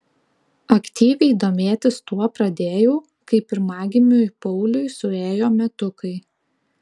aktyviai domėtis tuo pradėjau kai pirmagimiui pauliui suėjo metukai